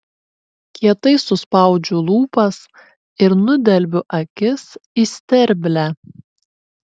kietai suspaudžiu lūpas ir nudelbiu akis į sterblę